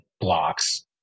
blocks